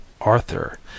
Arthur